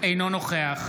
אינו נוכח